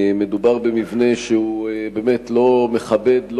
מדובר במבנה שהוא באמת לא מכבד,